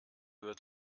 wird